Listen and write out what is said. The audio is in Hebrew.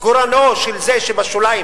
גורלו של זה שבשוליים,